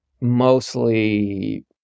mostly